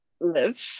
live